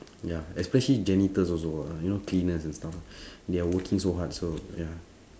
ya especially janitors also ah you know cleaners and stuff they are working so hard so ya